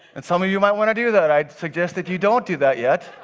and some of you might wanna do that. i suggest that you don't do that yet